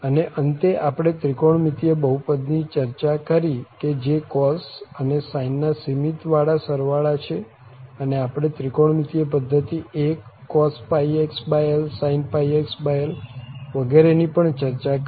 અને અંતે આપણે ત્રિકોણમિતિય બહુપદી ની ચર્ચા કરી કે જે cos અને sine ના સિમીત વાળા સરવાળા છે અને આપણે ત્રિકોણમિતિય પધ્ધતિ 1cosπxlsin πxl વગેરે ની પણ ચર્ચા કરી